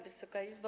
Wysoka Izbo!